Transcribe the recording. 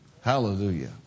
Hallelujah